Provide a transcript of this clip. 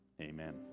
amen